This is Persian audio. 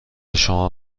شما